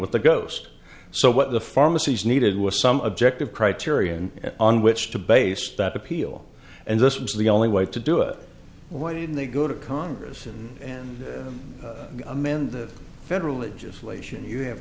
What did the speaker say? with the ghost so what the pharmacies needed was some objective criteria and on which to base that appeal and this was the only way to do it why didn't they go to congress and amend the federal legislation you have